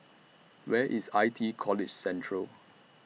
Where IS I T College Central